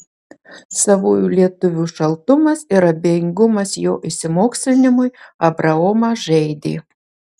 savųjų lietuvių šaltumas ir abejingumas jo išsimokslinimui abraomą žeidė